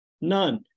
none